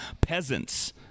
PEASANTS